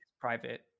private